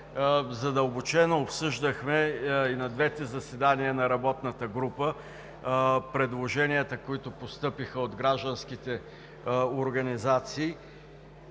задълбочено обсъждахме и на двете заседания на работната група предложенията, които постъпиха от гражданските организации.